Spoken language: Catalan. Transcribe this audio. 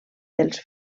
dels